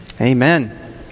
Amen